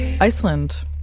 Iceland